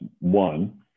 one